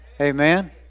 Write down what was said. Amen